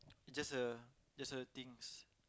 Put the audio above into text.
just a just a things